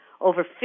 over